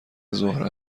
ظهر